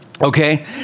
Okay